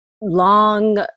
long